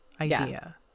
idea